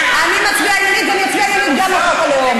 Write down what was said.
אני מצביעה נגד, גם בחוק הלאום.